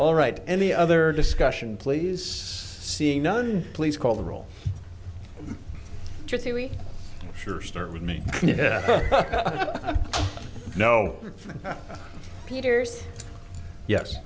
all right any other discussion please seeing none please call the role sure start with me no